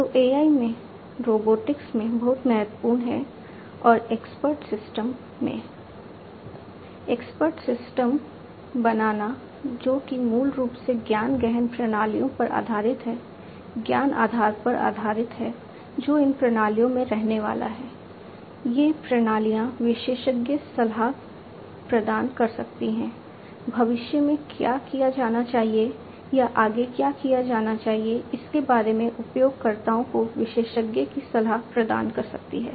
तो AI में robotics में बहुत महत्वपूर्ण है और एक्सपर्ट सिस्टम्स बनाना जो कि मूल रूप से ज्ञान गहन प्रणालियों पर आधारित है ज्ञान आधार पर आधारित है जो इन प्रणालियों में रहनेवाला है ये प्रणालियां विशेषज्ञ सलाह प्रदान कर सकती हैं भविष्य में क्या किया जाना चाहिए या आगे क्या किया जाना चाहिए इसके बारे में उपयोगकर्ताओं को विशेषज्ञ की सलाह प्रदान कर सकती हैं